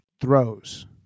throws